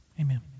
Amen